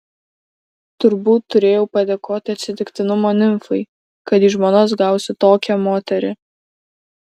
turbūt turėjau padėkoti atsitiktinumo nimfai kad į žmonas gausiu tokią moterį